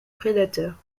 prédateurs